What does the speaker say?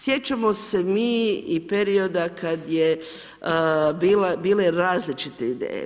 Sjećamo se mi i perioda kada su bile različite ideje.